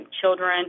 children